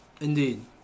indeed